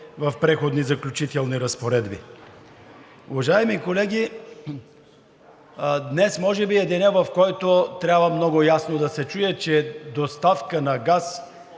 в Преходните и заключителните разпоредби. Уважаеми колеги, днес може би е денят, в който трябва много ясно да се чуе, че за